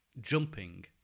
jumping